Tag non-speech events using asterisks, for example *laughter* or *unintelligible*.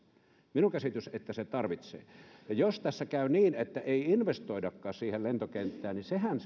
minun käsitykseni on että se tarvitsee jos tässä käy niin että ei investoidakaan siihen lentokenttään niin sehän *unintelligible*